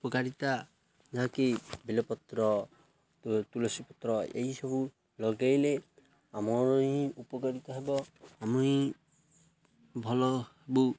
ଉପକାରିତା ଯାହାକି ବେଲପତ୍ର ତୁଳସୀପତ୍ର ଏହିସବୁ ଲଗେଇଲେ ଆମର ହିଁ ଉପକାରିତ ହେବ ଆମ ହିଁ ଭଲହବୁ